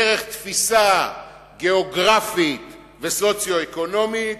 דרך תפיסה גיאוגרפית וסוציו-אקונומית,